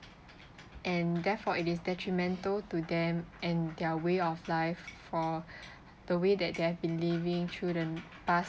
and therefore it is detrimental to them and their way of life for the way that they have been living through the past